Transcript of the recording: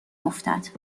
افتد